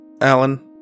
Alan